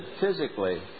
physically